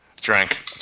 Drank